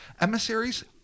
Emissaries